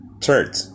Third